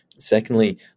secondly